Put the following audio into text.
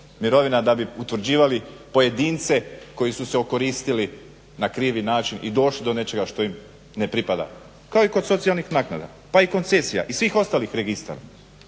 mirovina da bi utvrđivali pojedince koji su se okoristili na krivi način i došli do nečega što im ne pripada kao i kod socijalnih naknada, pa i koncesija i svih ostalih registara.